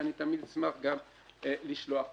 ואני תמיד אשמח לשלוח אותה.